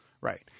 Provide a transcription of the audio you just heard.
right